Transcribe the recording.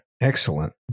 Excellent